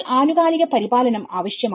അതിനാൽ ആനുകാലിക പരിപാലനം ആവശ്യമാണ്